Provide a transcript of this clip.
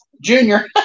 Junior